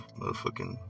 motherfucking